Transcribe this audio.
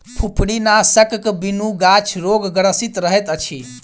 फुफरीनाशकक बिनु गाछ रोगग्रसित रहैत अछि